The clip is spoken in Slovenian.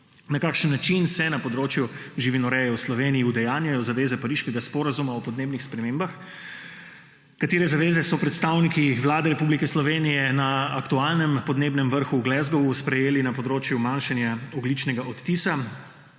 Na kakšen način se na področju živinoreje v Sloveniji udejanjajo zaveze pariškega sporazuma o podnebnih spremembah? Katere zaveze so predstavniki Vlade Republike Slovenije na aktualnem podnebnem vrhu v Gasgowu sprejeli na področju manjšanja ogljičnega odtisa